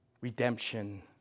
redemption